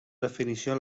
definició